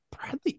Bradley